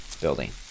building